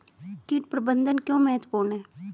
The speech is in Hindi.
कीट प्रबंधन क्यों महत्वपूर्ण है?